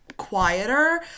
quieter